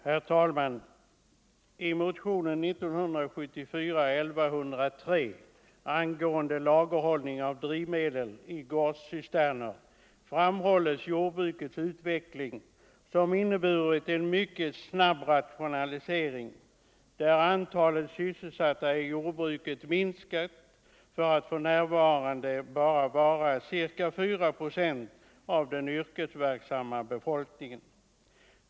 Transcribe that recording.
Herr talman! I motionen 1103 angående lagerhållning av drivmedel i gårdscisterner framhålles att jordbrukets utveckling inneburit en mycket snabb rationalisering. Antalet sysselsatta i jordbruket har minskat till att för närvarande bara vara ca 4 procent av den yrkesverksamma befolkningen.